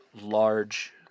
large